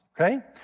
okay